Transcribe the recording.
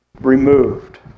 removed